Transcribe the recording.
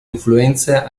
influenze